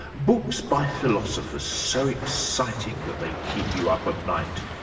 books by philosophers, so exciting that they keep you up at night.